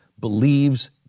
believes